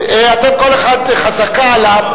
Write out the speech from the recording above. אתם, כל אחד, חזקה עליו,